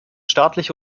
staatliche